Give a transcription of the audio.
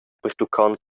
pertuccont